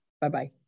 Bye-bye